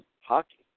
hockey